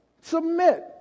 Submit